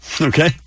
Okay